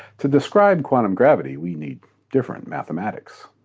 to describe quantum gravity, we need different mathematics.